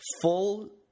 full